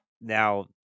now